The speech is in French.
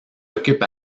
occupe